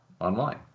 online